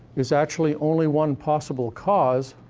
is actually only one possible cause